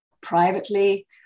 privately